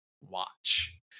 watch